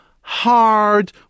hard